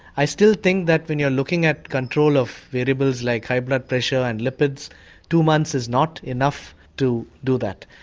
i still think that when you're looking at the control of variables like high blood pressure and lipids two months is not enough to do that.